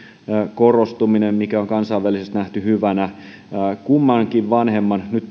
korostumisen mikä on kansainvälisesti nähty hyvänä kummankin vanhemman tärkeys tunnustetaan nyt